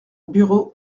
bureau